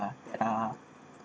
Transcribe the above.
are that are